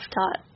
taught